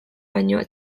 baino